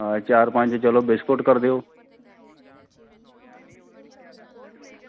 आं चार पंज चलो बिस्कुट करी देओ